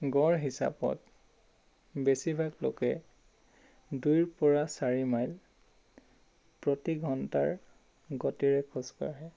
গড় হিচাপত বেছিভাগ লোকে দুইৰ পৰা চাৰি মাইল প্ৰতি ঘণ্টাৰ গতিৰে খোজ কাঢ়ে